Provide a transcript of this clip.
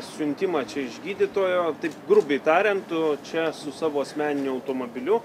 siuntimą čia iš gydytojo taip grubiai tariant tu čia su savo asmeniniu automobiliu